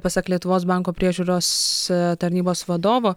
pasak lietuvos bankų priežiūros tarnybos vadovo